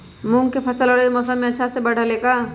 मूंग के फसल रबी मौसम में अच्छा से बढ़ ले का?